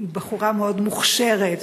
היא בחורה מאוד מוכשרת,